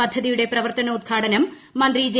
പദ്ധതിയുടെ പ്രവർത്തനോദ്ഘാടനം മന്ത്രി ജെ